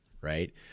right